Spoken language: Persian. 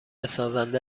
سازنده